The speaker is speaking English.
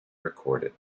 recorded